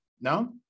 No